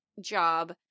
job